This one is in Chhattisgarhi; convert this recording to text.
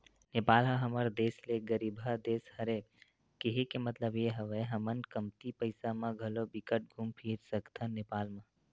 नेपाल ह हमर देस ले गरीबहा देस हरे, केहे के मललब ये हवय हमन कमती पइसा म घलो बिकट घुम फिर सकथन नेपाल म